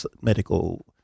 medical